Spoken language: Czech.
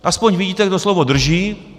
Aspoň vidíte, kdo slovo drží.